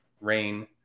rain